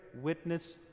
witness